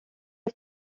auf